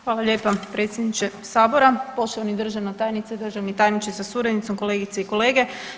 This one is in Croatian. Hvala lijepa predsjedniče sabora, poštovana državna tajnice i državni tajniče sa suradnicom, kolegice i kolege.